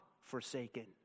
forsaken